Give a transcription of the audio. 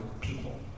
people